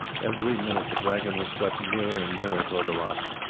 every minute the dragon was swept nearer and nearer towards the rocks.